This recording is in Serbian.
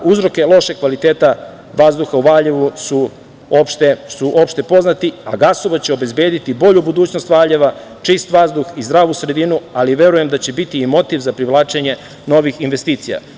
Uzroci lošeg kvaliteta vazduha u Valjevu su opšte poznati, a gasovod će obezbediti bolju budućnost Valjeva, čist vazduh i zdravu sredinu, ali verujem da će biti i motiv za privlačenje novih investicija.